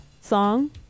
song